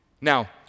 Now